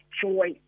joy